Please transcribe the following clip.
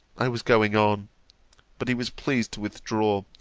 i was going on but he was pleased to withdraw,